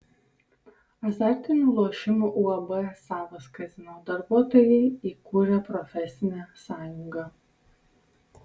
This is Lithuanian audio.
azartinių lošimų uab savas kazino darbuotojai įkūrė profesinę sąjungą